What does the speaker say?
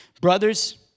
brothers